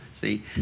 see